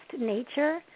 nature